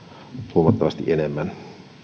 huomattavasti enemmän